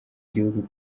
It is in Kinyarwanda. gihugu